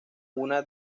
una